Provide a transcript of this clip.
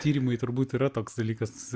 tyrimai turbūt yra toks dalykas